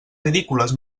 ridícules